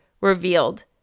revealed